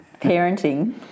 Parenting